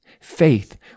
Faith